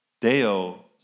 Deo